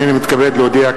הנני מתכבד להודיע,